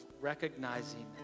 recognizing